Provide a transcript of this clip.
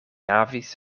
havis